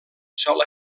sol